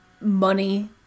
money